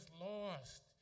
lost